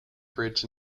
bridge